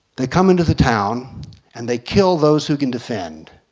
they come into the town and they kill those who can defend.